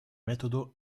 metodo